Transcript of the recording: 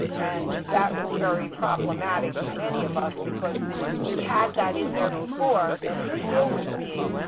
and that was very problematic to many of us, because we had that in there before and it still was being,